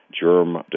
germ